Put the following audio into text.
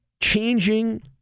changing